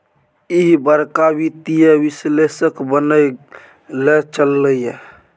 ईह बड़का वित्तीय विश्लेषक बनय लए चललै ये